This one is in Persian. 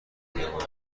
میاورد